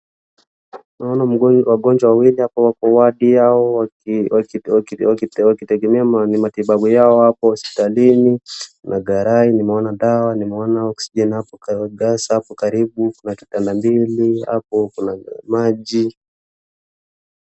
Noaona mgonjwa, wagonjwa wawili hapo wako wadi yao wakitegemea ni matibabu yao hapo hospitalini na garai, nimeona dawa, nimeona oxygen hapo na karatasi hapo karibu kuna kitanda mbili hapo kuna maji.